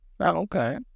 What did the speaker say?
Okay